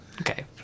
Okay